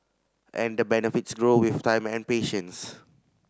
and the benefits grow with time and patience